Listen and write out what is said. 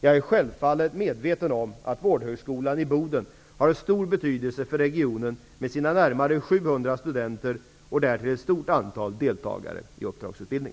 Jag är självfallet medveten om att Vårdhögskolan i Boden har stor betydelse för regionen med sina närmare 700 studenter och därtill ett stort antal deltagare i uppdragsutbildning.